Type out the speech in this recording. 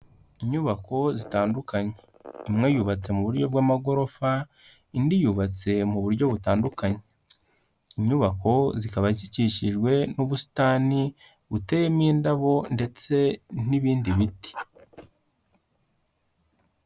Inyubako zitandukanye imwe yubatse mu buryo bw'amagorofa indi yubatse mu buryo butandukanye, inyubako zikaba zikikijwe n'ubusitani buteyemo indabo ndetse n'ibindi biti.